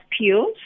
peels